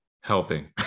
helping